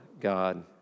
God